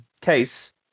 case